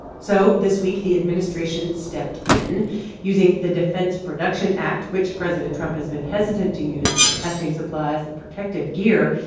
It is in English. so this week, the administration stepped in using the defense production act, which president trump has been hesitant to use for testing supplies and protective gear.